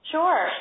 Sure